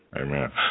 Amen